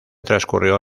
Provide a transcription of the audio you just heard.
transcurrió